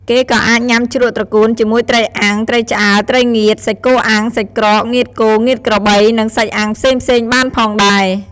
គេក៏អាចញុំាជ្រក់ត្រកួនជាមួយត្រីអាំង ត្រីឆ្អើរ ត្រីងៀត សាច់គោអាំង សាច់ក្រក ងៀតគោ ងៀតក្របី និងសាច់អាំងផ្សេងៗបានផងដែរ។